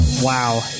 Wow